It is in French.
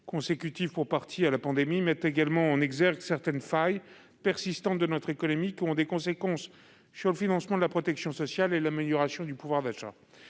consécutives à la pandémie, mettent en exergue certaines failles persistantes de notre économie, qui ont des conséquences sur le financement de la protection sociale et sur l'amélioration du pouvoir d'achat.